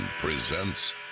presents